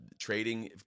trading